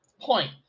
point